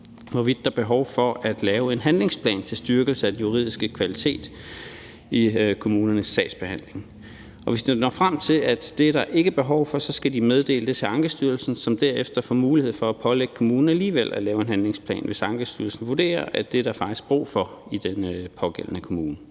hvorvidt der er behov for at lave en handlingsplan til styrkelse af den juridiske kvalitet i kommunernes sagsbehandling. Og hvis de når frem til, at det er der ikke behov for, skal de meddele det til Ankestyrelsen, som derefter får mulighed for at pålægge kommunen alligevel at lave en handlingsplan, hvis Ankestyrelsen vurderer, at det er der faktisk brug for i den pågældende kommune.